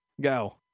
Go